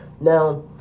Now